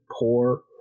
poor